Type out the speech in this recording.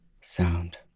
sound